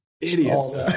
Idiots